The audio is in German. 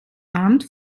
amt